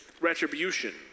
retribution